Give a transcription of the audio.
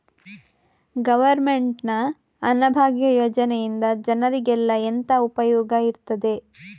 Government ನ ಅನ್ನಭಾಗ್ಯ ಯೋಜನೆಯಿಂದ ಜನರಿಗೆಲ್ಲ ಎಂತ ಉಪಯೋಗ ಇರ್ತದೆ?